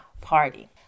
party